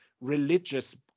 religious